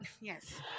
Yes